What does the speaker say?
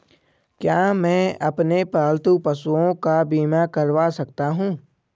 क्या मैं अपने पालतू पशुओं का बीमा करवा सकता हूं?